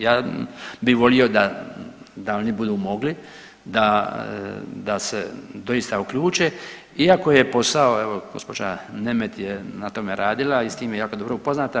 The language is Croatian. Ja bih volio da oni budu mogli, da se doista uključe iako je posao, evo gospođa Nemet je na tome radila i s tim je jako dobro upoznata.